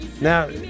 Now